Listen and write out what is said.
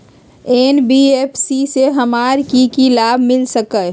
NBFC से हमार की की लाभ मिल सक?